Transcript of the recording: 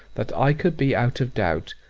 that i could be out of doubt,